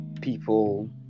people